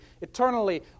eternally